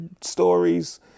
stories